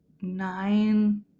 nine